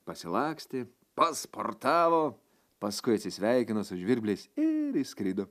pasilakstė pasportavo paskui atsisveikino su žvirbliais ir išskrido